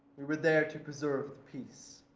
we were there to preserve the peace.